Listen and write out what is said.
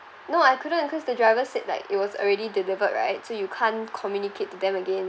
no I couldn't cause the driver said like it was already delivered right so you can't communicate to them again